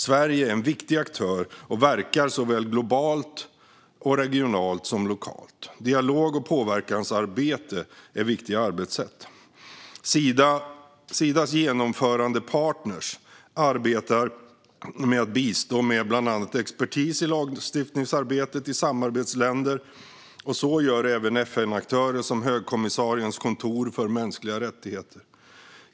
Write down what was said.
Sverige är en viktig aktör och verkar såväl globalt och regionalt som lokalt. Dialog och påverkansarbete är viktiga arbetssätt. Sidas genomförandepartner arbetar med att bistå med bland annat expertis i lagstiftningsarbetet i samarbetsländer, och så gör även FN-aktörer som Högkommissariens kontor för mänskliga rättigheter.